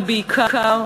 אבל בעיקר,